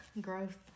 growth